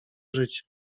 życie